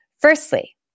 Firstly